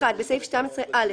(1)בסעיף 12(א),